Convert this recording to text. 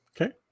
Okay